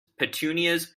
petunias